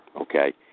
okay